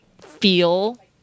feel